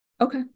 Okay